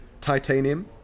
Titanium